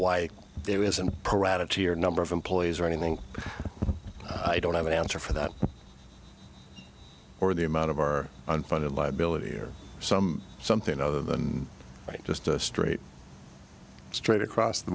your number of employees or anything i don't have an answer for that or the amount of our unfunded liability or some something other than just a straight straight across the